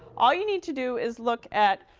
all you need to do is look at